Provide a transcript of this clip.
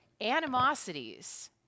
animosities